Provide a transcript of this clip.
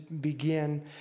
begin